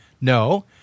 No